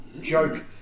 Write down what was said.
joke